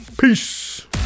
Peace